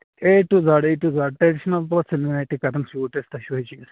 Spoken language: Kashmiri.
A to Z A to Z additional